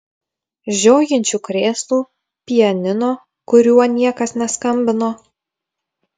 žiojinčių krėslų pianino kuriuo niekas neskambino